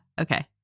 Okay